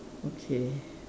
okay